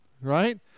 right